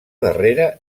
darrera